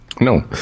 No